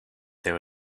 there